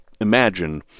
imagine